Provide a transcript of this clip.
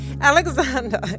Alexander